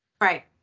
Right